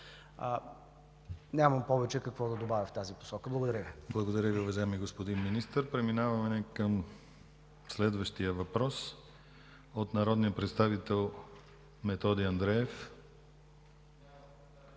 Нямам повече какво да добавя в тази посока. Благодаря Ви. ПРЕДСЕДАТЕЛ ДИМИТЪР ГЛАВЧЕВ: Благодаря Ви, уважаеми господин Министър. Преминаваме към следващия въпрос от народния представител Методи Андреев.